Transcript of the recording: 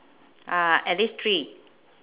uh at least three